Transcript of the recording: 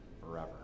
forever